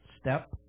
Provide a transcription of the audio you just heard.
step